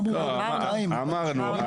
אמרנו.